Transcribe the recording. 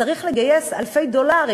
צריך לגייס אלפי דולרים,